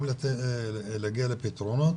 גם להגיע לפתרונות,